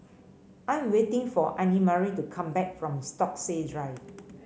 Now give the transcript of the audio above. I am waiting for Annemarie to come back from Stokesay Drive